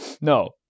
no